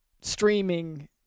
streaming